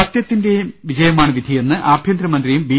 സത്യത്തിന്റെ വിജയമാണ് വിധിയെന്ന് ആഭ്യന്തരമന്ത്രിയും ബി